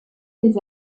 des